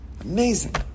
Amazing